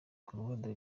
kundwa